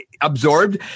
absorbed